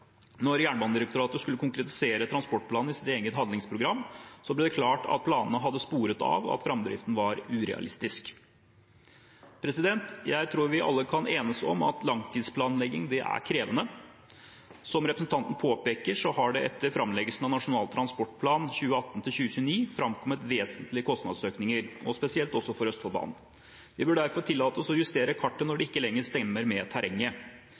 Jernbanedirektoratet skulle konkretisere transportplanen i sitt eget handlingsprogram, ble det klart at planene hadde sporet av, og at framdriften var urealistisk. Jeg tror vi alle kan enes om at langtidsplanlegging er krevende. Som representanten påpeker, har det etter framleggelsen av Nasjonal transportplan 2018–2029 framkommet vesentlige kostnadsøkninger, spesielt også for Østfoldbanen. Vi bør derfor tillate oss å justere kartet når det ikke lenger stemmer med terrenget.